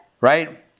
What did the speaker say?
right